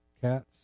cats